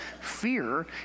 fear